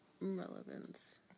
relevance